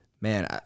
man